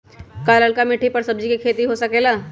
का लालका मिट्टी कर सब्जी के भी खेती हो सकेला?